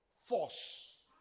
force